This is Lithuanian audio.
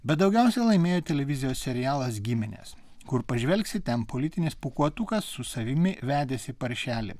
bet daugiausiai laimėjo televizijos serialas giminės kur pažvelgsi ten politinis pūkuotukas su savimi vedėsi paršelį